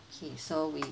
okay so we